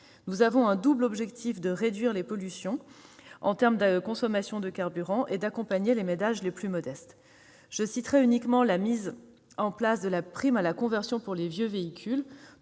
Nous avons un double objectif de réduction des pollutions en termes de consommation de carburant et d'accompagnement des ménages les plus modestes. Je citerai uniquement la mise en place de la prime à la conversion pour les vieux véhicules